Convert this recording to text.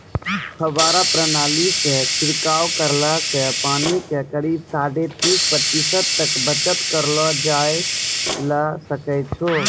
फव्वारा प्रणाली सॅ छिड़काव करला सॅ पानी के करीब साढ़े तीस प्रतिशत तक बचत करलो जाय ल सकै छो